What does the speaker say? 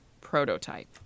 prototype